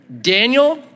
Daniel